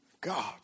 God